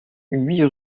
huit